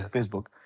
Facebook